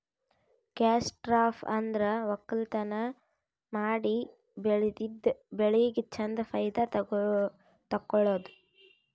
cash crop ಅಂದ್ರ ವಕ್ಕಲತನ್ ಮಾಡಿ ಬೆಳದಿದ್ದ್ ಬೆಳಿಗ್ ಚಂದ್ ಫೈದಾ ತಕ್ಕೊಳದು